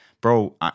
Bro